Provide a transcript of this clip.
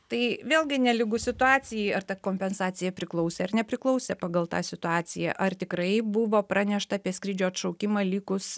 tai vėlgi nelygu situacijai ar ta kompensacija priklausė ar nepriklausė pagal tą situaciją ar tikrai buvo pranešta apie skrydžio atšaukimą likus